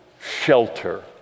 shelter